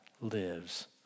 lives